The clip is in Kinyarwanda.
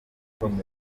amasomo